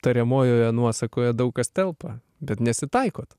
tariamojoje nuosakoje daug kas telpa bet nesitaikot